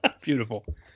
Beautiful